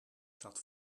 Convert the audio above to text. staat